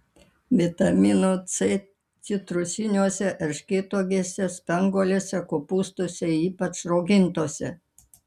vitamino c citrusiniuose erškėtuogėse spanguolėse kopūstuose ypač raugintuose